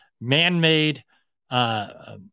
man-made